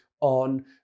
on